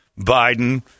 Biden